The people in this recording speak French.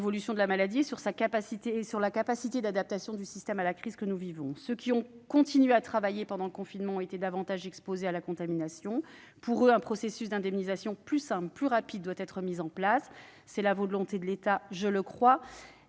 de la maladie et sur la capacité d'adaptation du système à la crise que nous vivons. Ceux qui ont continué à travailler pendant le confinement ont été davantage exposés à la contamination. Pour eux, un processus d'indemnisation plus simple et plus rapide doit être mis en place : c'est la volonté de l'État. Laissons